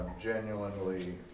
genuinely